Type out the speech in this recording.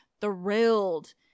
thrilled